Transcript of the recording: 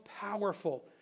powerful